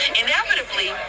inevitably